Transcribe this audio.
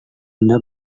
anda